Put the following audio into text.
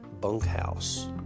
bunkhouse